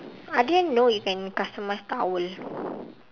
I didn't know you can customise towel